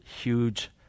huge